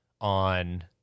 on